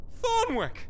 Thornwick